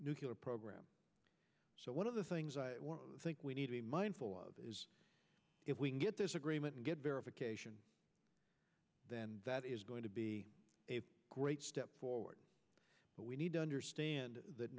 nuclear program so one of the things i think we need to be mindful of is if we can get this agreement and get verification then that is going to be a great step forward but we need to understand that